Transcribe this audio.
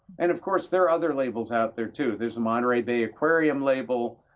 and, of course, there are other labels out there, too. there's a monterey bay aquarium label,